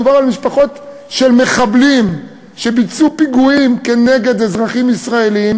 מדובר על משפחות של מחבלים שביצעו פיגועים כנגד אזרחים ישראלים,